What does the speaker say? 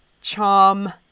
charm